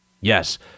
Yes